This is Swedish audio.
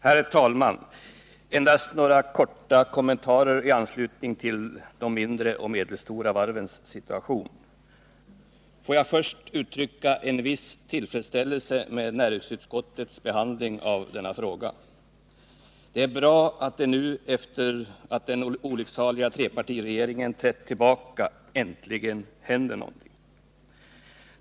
Herr talman! Endast några korta kommentarer i anslutning till de mindre och medelstora varvens situation. Får jag först uttrycka en viss tillfredsställelse med näringsutskottets behandling av denna fråga. Det är bra att det nu efter det att den olycksaliga trepartiregeringen trätt tillbaka äntligen händer något.